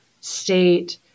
state